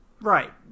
Right